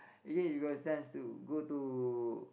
okay you got a chance to go to